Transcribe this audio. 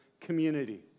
community